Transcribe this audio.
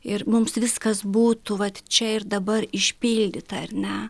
ir mums viskas būtų vat čia ir dabar išpildyta ar ne